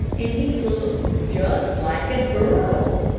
and he looked just like a girl.